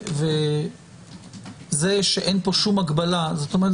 זאת אומרת,